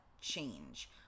change